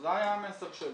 זה היה המסר שלי.